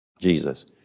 Jesus